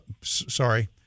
sorry